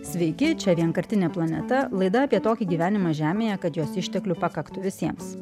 sveiki čia vienkartinė planeta laida apie tokį gyvenimą žemėje kad jos išteklių pakaktų visiems